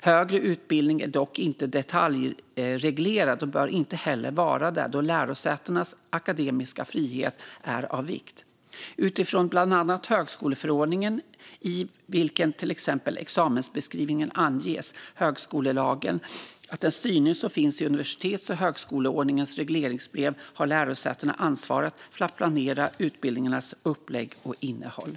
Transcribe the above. Högre utbildning är dock inte detaljreglerad och bör inte heller vara det då lärosätenas akademiska frihet är av vikt. Utifrån bland annat högskoleförordningen, i vilken till exempel examensbeskrivningarna anges, högskolelagen och den styrning som finns i universitets och högskolors regleringsbrev har lärosätena ansvaret för att planera utbildningarnas upplägg och innehåll.